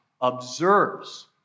observes